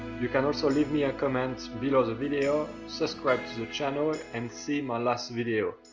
you can also leave me a comment below the video. subscribe to the channel ah and see my last video.